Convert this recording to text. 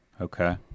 Okay